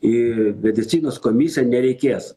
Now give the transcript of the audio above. į medicinos komisiją nereikės